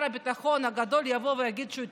הביטחון הגדול יבוא ויגיד שהוא יטפל,